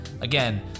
Again